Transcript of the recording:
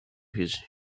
his